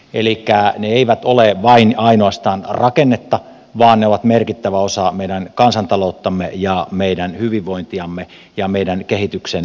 elikkä ne eivät ole vain ja ainoastaan rakennetta vaan ne ovat merkittävä osa meidän kansantalouttamme ja meidän hyvinvointiamme ja meidän kehityksen mahdollisuuksiamme